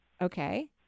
Okay